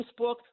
Facebook